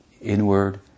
inward